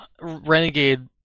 Renegade